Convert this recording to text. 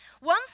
One